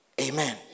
Amen